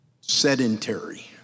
sedentary